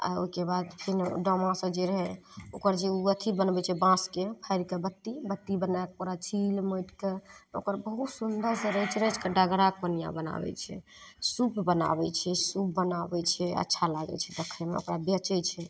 आओर ओइके बाद फेन डोमा सब जे रहय ओकर जे उ अथी बनबय छै बाँसके फारिके बत्ती बत्ती बनाके ओकरा छील मोटिके ओकर बहुत सुन्दरसँ रचि रचिके डगरा कोनियाँ बनाबय छै सूप बनाबय छै सूप बनाबय छै अच्छा लागय छै देखयमे ओकरा बेचय छै